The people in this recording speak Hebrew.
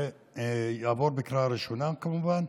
ויעבור בקריאה ראשונה, כמובן,